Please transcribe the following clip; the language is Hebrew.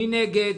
מי נגד?